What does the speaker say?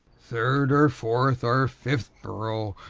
third, or fourth, or fifth borough,